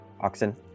oxen